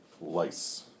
lice